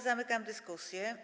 Zamykam dyskusję.